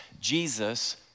Jesus